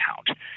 account